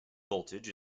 voltage